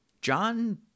John